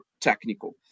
technical